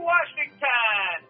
Washington